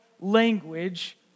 language